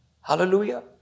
Hallelujah